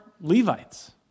Levites